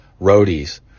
roadies